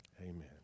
Amen